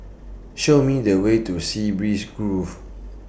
Show Me The Way to Sea Breeze Grove